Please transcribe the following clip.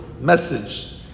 message